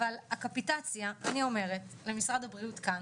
אבל הקפיטציה, אני אומרת למשרד הבריאות כאן,